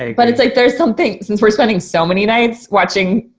and but it's like there's somethings, since we're spending so many nights watching